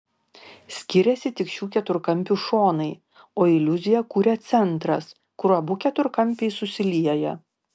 skiriasi tik šių keturkampių šonai o iliuziją kuria centras kur abu keturkampiai susilieja